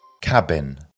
Cabin